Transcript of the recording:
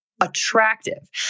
attractive